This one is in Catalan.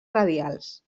radials